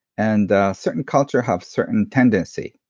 and certain culture have certain tendency.